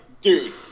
dude